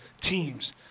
teams